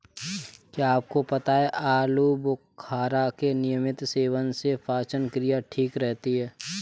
क्या आपको पता है आलूबुखारा के नियमित सेवन से पाचन क्रिया ठीक रहती है?